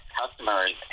customers